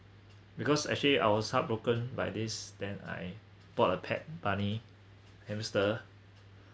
because actually I was heartbroken by this than I bought a pet bunny hamster